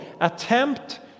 attempt